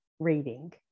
reading